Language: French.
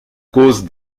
cause